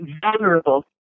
vulnerable